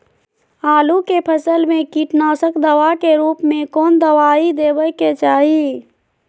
आलू के फसल में कीटनाशक दवा के रूप में कौन दवाई देवे के चाहि?